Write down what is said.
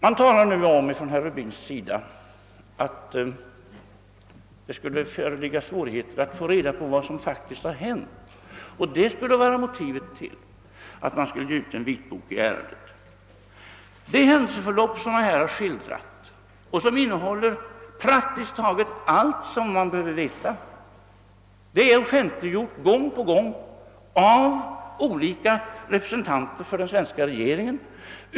Herr Rubin talade om att det skulle föreligga svårigheter att få reda på vad som faktiskt hade hänt och att det skulle vara motivet till att en vitbok i ärendet borde ges ut. Det händelseförlopp, som jag här har skildrat och som innehåller praktiskt taget allt som man behöver veta, är gång på gång offentliggjort av olika representanter för den svenska regeringen.